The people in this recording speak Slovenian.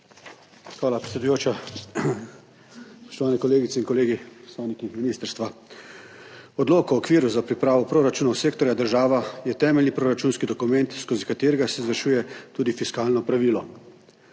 Hvala, predsedujoča. Spoštovane kolegice in kolegi, predstavniki ministrstva! Odlok o okviru za pripravo proračunov sektorja država je temeljni proračunski dokument, skozi katerega se izvršuje tudi fiskalno pravilo.